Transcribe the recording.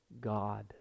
God